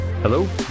Hello